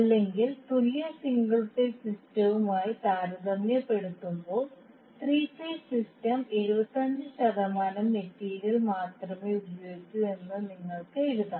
അല്ലെങ്കിൽ തുല്യ single phase സിസ്റ്റവുമായി താരതമ്യപ്പെടുത്തുമ്പോൾ ത്രീ ഫേസ് സിസ്റ്റം 75 ശതമാനം മെറ്റീരിയൽ മാത്രമേ ഉപയോഗിക്കൂ എന്ന് നിങ്ങൾക്ക് എഴുതാം